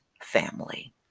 family